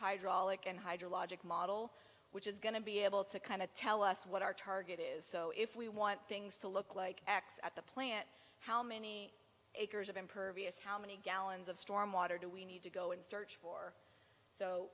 hydraulic and hydrologic model which is going to be able to kind of tell us what our target is so if we want things to look like x at the plant how many acres of impervious how many gallons of storm water do we need to go in search for so